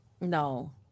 No